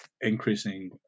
increasing